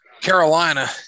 Carolina